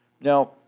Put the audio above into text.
Now